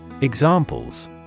Examples